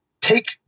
Take